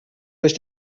durch